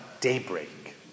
daybreak